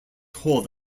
called